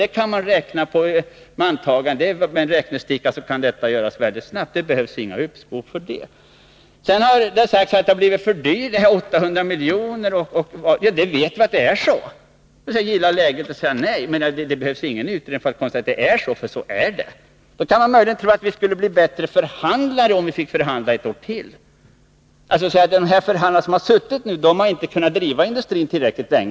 En beräkning kan göras mycket snabbt med en räknesticka — det behövs inget uppskov för det! Men för så lång tid är det bara gissningar. Sedan har det sagts att det uppstått fördyringar med 800 milj.kr. Vi vet att det är så. Det kan vara ett skäl till att säga nej — men det behövs ingen utredning för att konstatera att det är på det sättet! Man kan möjligen tro att vi skulle klara förhandlingarna bättre om vi fick förhandla ett år till — vilket innebär att man menar att de som nu har förhandlat inte kunnat driva industrin tillräckligt långt.